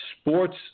sports